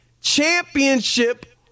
championship